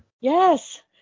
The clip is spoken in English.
Yes